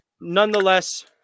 nonetheless